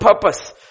purpose